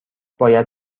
باید